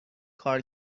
کار